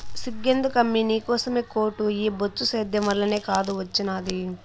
సిగ్గెందుకమ్మీ నీకోసమే కోటు ఈ బొచ్చు సేద్యం వల్లనే కాదూ ఒచ్చినాది